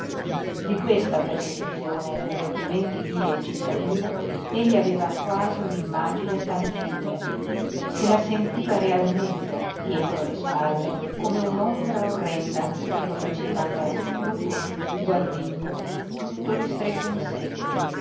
di questa persecuzione per le opprimenti vie cittadine egli aveva quasi unimmagine tangibile se la sentiva realmente dietro le spalle come unombra orrenda che lo faceva andar curvo guardingo tutto ristretto in sé